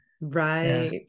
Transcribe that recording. Right